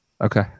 Okay